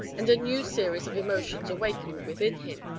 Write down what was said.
and a new series of emotions awakened within him.